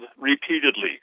repeatedly